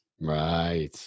Right